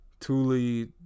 Thule